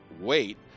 wait